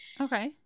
Okay